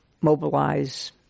mobilize